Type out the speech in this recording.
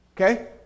Okay